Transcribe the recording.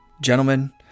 gentlemen